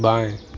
बाएँ